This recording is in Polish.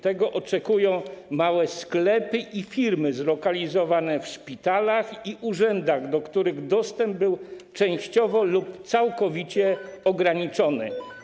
Tego oczekują małe sklepy i firmy zlokalizowane w szpitalach i urzędach, do których dostęp był częściowo lub całkowicie ograniczony.